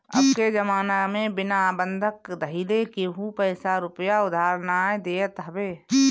अबके जमाना में बिना बंधक धइले केहू पईसा रूपया उधार नाइ देत हवे